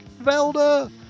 Velda